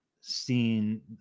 seen